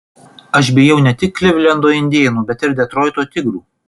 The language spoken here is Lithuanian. aš bijau ne tik klivlendo indėnų bet ir detroito tigrų